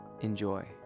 Enjoy